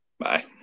Bye